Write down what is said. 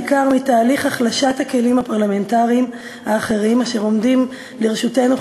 בעיקר מתהליך היחלשות הכלים הפרלמנטריים האחרים אשר עומדים לרשותנו,